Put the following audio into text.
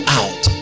out